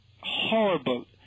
horrible